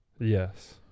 Yes